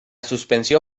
suspensió